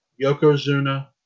Yokozuna